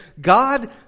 God